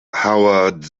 howard